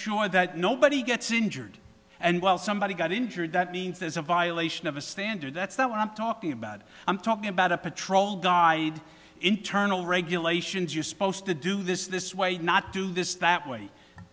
sure that nobody gets injured and well somebody's got injured that means there's a violation of a standard that's not what i'm talking about i'm talking about a patrol guide internal regulations you're supposed to do this this way not do this that way